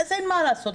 אז אין מה לעשות,